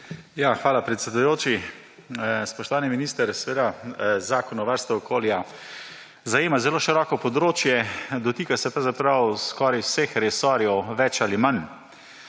Hvala, predsedujoči. Spoštovani minister! Zakon o varstvu okolja zajema zelo široko področje, dotika se pravzaprav skoraj vseh resorjev, bolj ali manj.